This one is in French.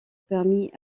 permis